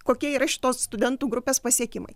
kokie yra šitos studentų grupės pasiekimai